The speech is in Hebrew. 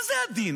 מה זה הדין?